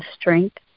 strength